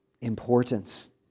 importance